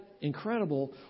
incredible